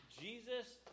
Jesus